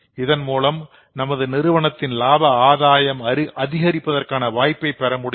இதன் மூலம் நமது நிறுவனத்தின் லாபஆதாயம் அதிகரிப்பதற்கான வாய்ப்பையும் பெற முடியும்